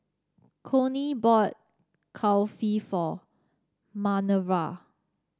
Conley bought Kulfi for Manerva